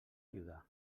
ajudar